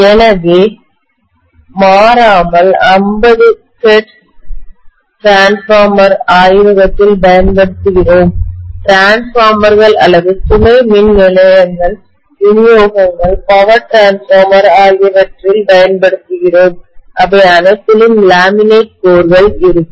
எனவே மாறாமல் 50 Hertz transformer ஆய்வகத்தில் பயன்படுத்துகிறோம் டிரான்ஸ்பார்மர்கள் அல்லது துணை மின்நிலையங்கள் விநியோகங்கள் பவர் டிரான்ஸ்பார்மர் ஆகியவற்றில் பயன்படுத்துகிறோம் அவை அனைத்திலும் லேமினேட் கோர்கள் இருக்கும்